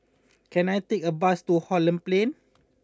can I take a bus to Holland Plain